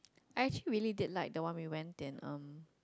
I actually really did like the one we went in um